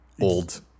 old